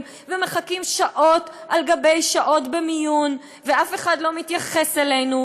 ומחכים שעות על שעות במיון ואף אחד לא מתייחס אלינו,